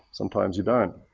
sometimes you don't.